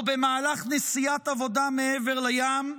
או במהלך נסיעת עבודה מעבר לים,